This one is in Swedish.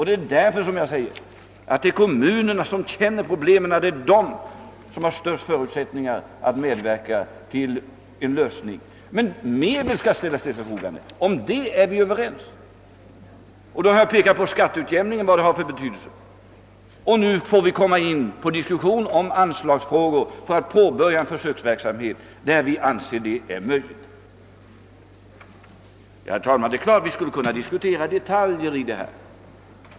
Det är därför som jag säger, att eftersom det är kommunerna som känner till problemen så har de de största förutsättningarna för att medverka till en lösning av dem. Men medel skall ställas till förfogande. Om det är vi överens. I det sammanhanget har jag pekat på vilken betydelse skatteutjämningen har. Sedan får vi komma in på diskussion om anslagsfrågor för att påbörja en försöksverksamhet där vi anser det vara möjligt. Det är klart, herr talman, att vi skulle kunna diskutera detaljer i detta.